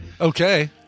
okay